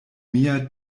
mia